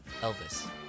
elvis